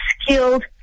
skilled